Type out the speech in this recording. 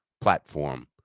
platform